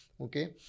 Okay